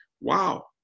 wow